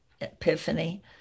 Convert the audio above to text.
epiphany